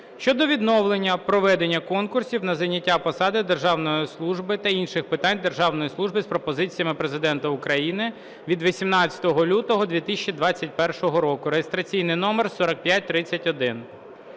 щодо відновлення проведення конкурсів на зайняття посад державної служби та інших питань державної служби" з пропозиціями Президента України від 18 лютого 2021 року (реєстраційний номер 4531).